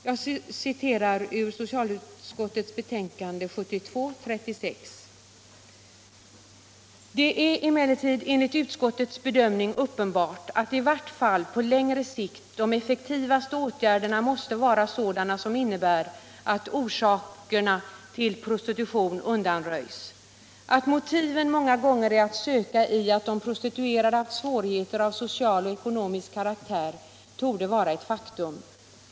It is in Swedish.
Jag citerar ur socialutskottets betänkande nr 36 år 1972: ”Det är cmellertid enligt utskottets bedömning uppenbart att i vart fall på längre sikt de effektivaste åtgärderna måste vara sådana som innebär att orsakerna till prostitution undanröjs. Att motiven många gånger är att söka i att de prostituerade haft svårigheter av social och ekonomisk "karaktär torde vara ett faktum.